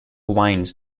winds